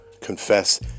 confess